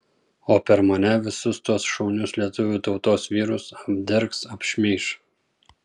o per mane visus tuos šaunius lietuvių tautos vyrus apdergs apšmeiš